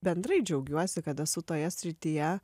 bendrai džiaugiuosi kad esu toje srityje